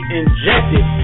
injected